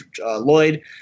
Lloyd